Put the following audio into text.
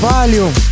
Valium